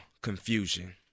confusion